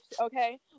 Okay